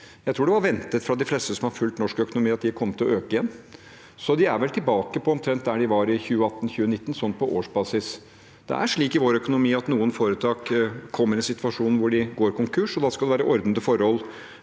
Jeg tror det var ventet fra de fleste som har fulgt norsk økonomi, at de kom til å øke igjen, så på årsbasis er de vel tilbake omtrent der de var i 2018/2019. Det er slik i norsk økonomi at noen foretak kommer i en situasjon hvor de går konkurs, og da skal det være ordnede forhold